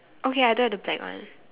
okay I don't have the black one